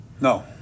No